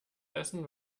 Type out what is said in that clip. essen